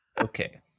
Okay